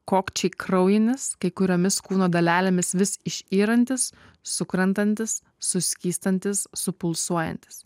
kokčiai kraujinis kai kuriomis kūno dalelėmis vis išyrantis sukrentantis suskystantis supulsuojantis